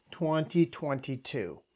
2022